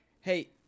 Hey